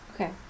Okay